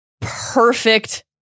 perfect